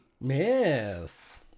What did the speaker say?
Yes